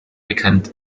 bekannt